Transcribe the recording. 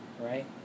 right